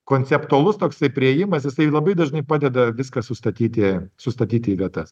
konceptualus toksai priėjimas jisai labai dažnai padeda viską sustatyti sustatyti į vietas